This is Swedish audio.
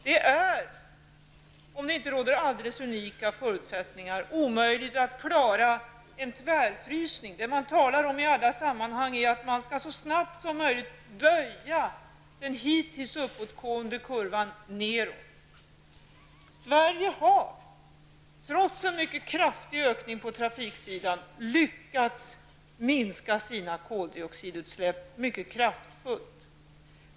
Det är, om det inte råder alldeles unika förutsättningar, omöjligt att klara en tvärfrysning. Vad det talas om i alla sammanhang är att man så snabbt som möjligt skall böja den hittills uppåtgående kurvan nedåt. Sverige har, trots en mycket stor ökning av trafiken, lyckats minska koldioxidutsläppen mycket kraftigt.